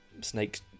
snakes